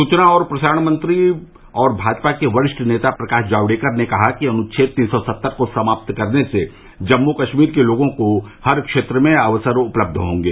सूचना और प्रसारण मंत्री और भाजपा के वरिष्ठ नेता प्रकाश जावड़ेकर ने कहा कि अनुच्छेद तीन सौ सत्तर को समाप्त करने से जम्मू कश्मीर के लोगों को हर क्षेत्र में अवसर उपलब्ध होंगे